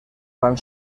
van